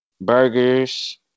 Burgers